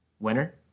winner